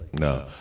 No